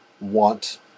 want